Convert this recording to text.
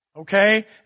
okay